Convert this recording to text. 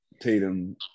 tatum